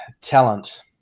talent